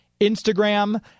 Instagram